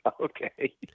Okay